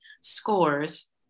scores